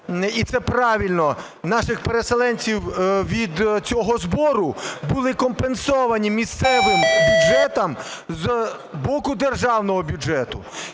і це правильно, наших переселенців від цього збору, були компенсовані місцевим бюджетам з боку державного бюджету.